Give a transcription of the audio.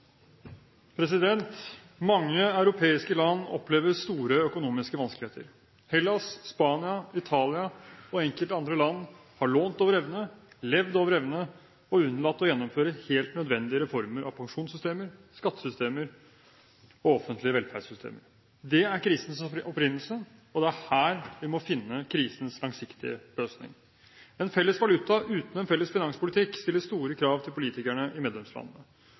Mange europeiske land opplever store økonomiske vanskeligheter. Hellas, Spania, Italia og enkelte andre land har lånt over evne, levd over evne og unnlatt å gjennomføre helt nødvendige reformer av pensjonssystemer, skattesystemer og offentlige velferdssystemer. Det er krisens opprinnelse, og det er her vi må finne krisens langsiktige løsning. En felles valuta uten en felles finanspolitikk stiller store krav til politikerne i medlemslandene.